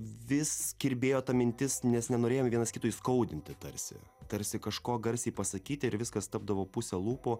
vis kirbėjo ta mintis nes nenorėjom vienas kito įskaudinti tarsi tarsi kažko garsiai pasakyti ir viskas tapdavo puse lūpų